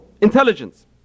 Intelligence